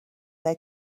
they